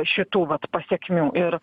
šitų vat pasekmių ir